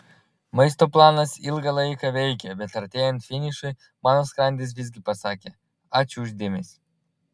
maisto planas ilgą laiką veikė bet artėjant finišui mano skrandis visgi pasakė ačiū už dėmesį